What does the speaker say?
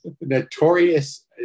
Notorious